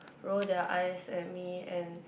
roll their eyes at me and